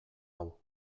hau